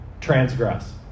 transgress